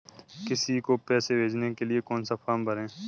किसी को पैसे भेजने के लिए कौन सा फॉर्म भरें?